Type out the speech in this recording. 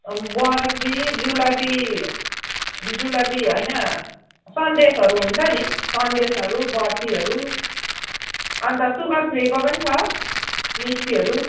अम् बर्फी जुलापी जुलापी होइन सन्देशहरू हुन्छ नि सन्देशहरू बर्फीहरू अन्त सुगर फ्रीको पनि छ मिस्टीहरू